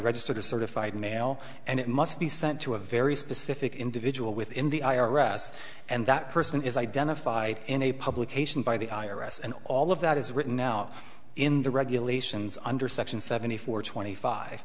registered a certified mail and it must be sent to a very specific individual within the i r s and that person is identified in a publication by the i r s and all of that is written out in the regulations under section seventy four twenty five